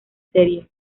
serie